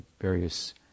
various